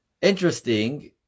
Interesting